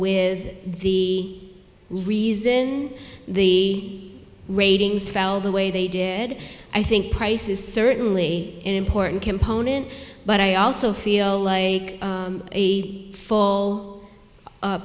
with the reason the ratings fell the way they did i think price is certainly an important component but i also feel like a full